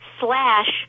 slash